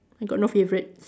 I got no favourite